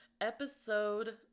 Episode